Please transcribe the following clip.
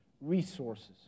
resources